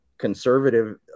conservative